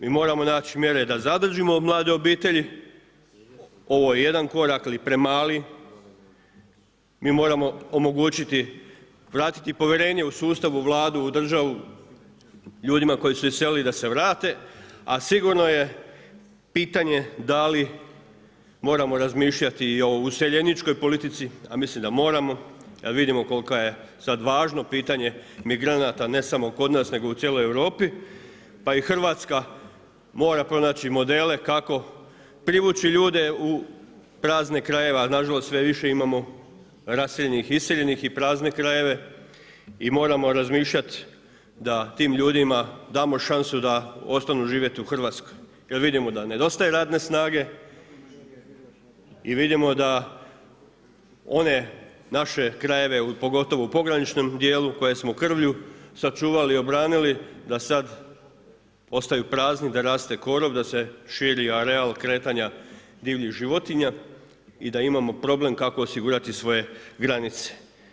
Mi moramo naći mjere da zadržimo mlade obitelji, ovo je jedan korak, ali premali, mi moramo omogućiti vratiti povjerenje u sustav, u Vladu, u državu ljudima koji su se iselili da se vrate, a sigurno je pitanje da li moramo razmišljati i o useljeničkoj politici, a mislim da moramo, vidimo koliko je važno pitanje migranata, ne samo kod nas, nego u cijeloj Europi pa i Hrvatska mora pronaći modele kako privući ljude u prazne krajeve, a nažalost sve više imamo raseljenih i iseljenih i prazne krajeve i moramo razmišljat da tim ljudima damo šansu da ostanu živjeti u Hrvatskoj. jer vidimo da nedostaje radne snage i vidimo da one naše krajeve, pogotovo u pograničnom djelu koja smo krvlju sačuvali, obranili, da sad ostaju prazni, da raste korov, da se širi areal kretanja divljih životinja i da imamo problem kako osigurati svoje granice.